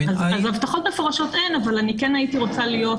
הבטחות מפורשות אין, אבל אני כן הייתי רוצה להיות